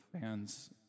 fans